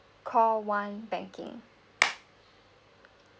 call one banking